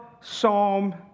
Psalm